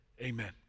Amen